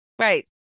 Right